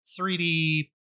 3d